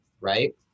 right